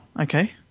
okay